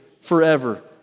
forever